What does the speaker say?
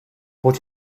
but